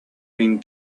been